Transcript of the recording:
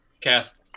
cast